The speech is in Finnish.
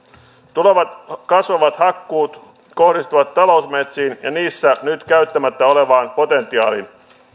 tulevat kasvavat hakkuut kohdistuvat talousmetsiin ja niissä nyt käyttämättä olevaan potentiaaliin